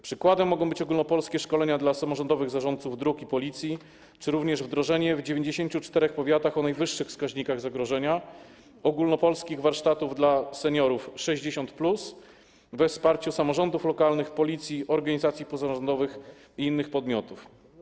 Przykładem mogą być ogólnopolskie szkolenia dla samorządowych zarządców dróg i Policji czy również wdrożenie w 94 powiatach o najwyższych wskaźnikach zagrożenia ogólnopolskich warsztatów dla seniorów 60+ we wsparciu samorządów lokalnych, Policji, organizacji pozarządowych i innych podmiotów.